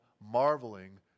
marveling